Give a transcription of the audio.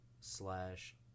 slash